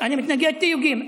אני מתנגד לתיוגים.